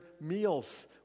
meals